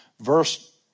verse